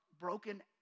broken